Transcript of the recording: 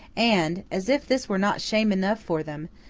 and as if this were not shame enough for them,